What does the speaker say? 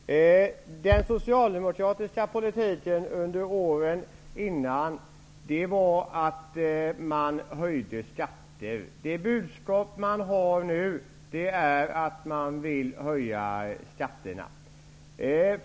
Fru talman! Den socialdemokratiska politiken under de tidigare åren var att man höjde skatterna. Det budskap man nu har är att man vill höja skatterna.